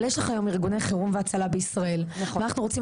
אבל יש לך היום ארגוני חירום והצלה בישראל ואנחנו רוצים